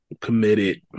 Committed